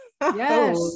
yes